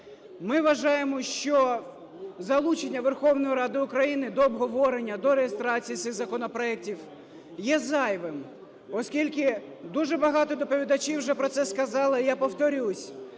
Ми вважаємо, що залучення Верховної Ради України до обговорення, до реєстрації всіх законопроектів є зайвим, оскільки дуже багато доповідачів вже про це сказали, і я повторюсь.